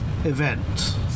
Event